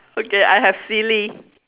okay I have silly